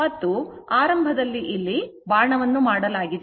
ಮತ್ತು ಆರಂಭದಲ್ಲಿ ಇಲ್ಲಿ ಬಾಣವನ್ನು ಮಾಡಲಾಗಿದೆ